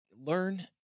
learn